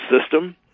system